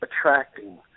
attracting